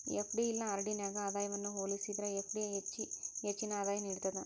FD ಇಲ್ಲಾ RD ನ್ಯಾಗ ಆದಾಯವನ್ನ ಹೋಲಿಸೇದ್ರ ಎಫ್.ಡಿ ಹೆಚ್ಚಿನ ಆದಾಯ ನೇಡ್ತದ